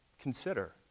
consider